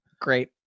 Great